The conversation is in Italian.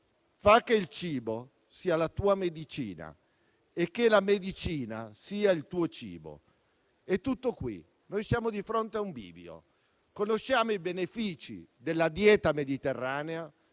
fa che il cibo sia la tua medicina e che la medicina sia il tuo cibo. È tutto qui. Noi siamo di fronte a un bivio. Conosciamo i benefici della dieta mediterranea,